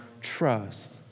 trust